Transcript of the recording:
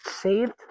saved